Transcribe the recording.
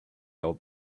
old